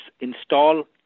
install